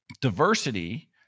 diversity